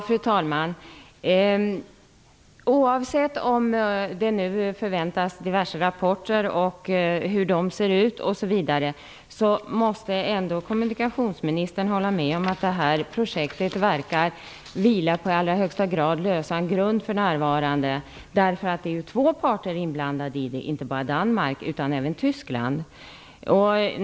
Fru talman! Oavsett om det nu förväntas diverse rapporter, oavsett hur de ser ut osv, måste väl ändå kommunikationsministern hålla med om att detta projekt verkar vila på en i högsta grad lösan grund för närvarande, därför att det är ju två parter inblandade i projektet, inte bara Danmark utan även Tyskland.